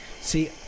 see